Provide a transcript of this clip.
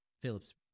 Phillips